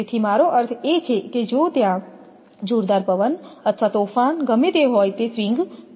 તેથી મારો અર્થ એ છે કે જો ત્યાં જોરદાર પવન અથવા તોફાન ગમે તે હોય તે સ્વિંગ કરશે